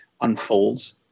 unfolds